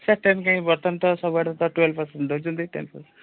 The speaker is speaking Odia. ସାର୍ ଟେନ୍ କାଇଁ ବର୍ତ୍ତମାନ ତ ସବୁଆଡ଼େ ତ ଟୁଏଲ୍ ପରସେଣ୍ଟ୍ ଦେଉଛନ୍ତି ଟେନ ପରସେଣ୍ଟ୍